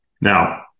Now